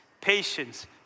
patience